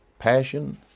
passion